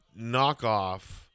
knockoff